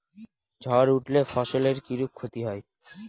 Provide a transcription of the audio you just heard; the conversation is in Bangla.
ঝড় উঠলে ফসলের কিরূপ ক্ষতি হয়?